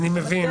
אני יודע,